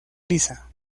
lisa